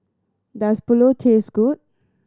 does Pulao taste good